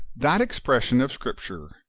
that expression of scripture,